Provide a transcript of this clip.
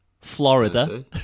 Florida